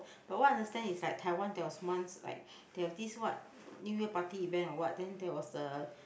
but what I understand is like Taiwan there was once like they have this what this New Year party event or what then there was a